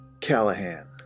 Callahan